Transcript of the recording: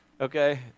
Okay